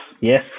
yes